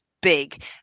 big